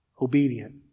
Obedient